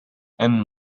and